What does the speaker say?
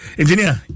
engineer